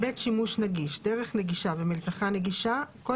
"בית שימוש נגיש" "דרך נגישה" ו"מלתחה נגישה" כל